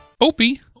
Opie